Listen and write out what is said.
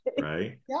right